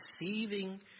receiving